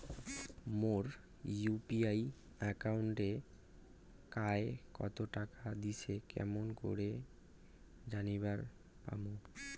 মোর UPI একাউন্টে কায় কতো টাকা দিসে কেমন করে জানিবার পামু?